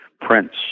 prince